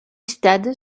stade